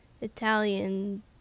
Italian